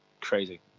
crazy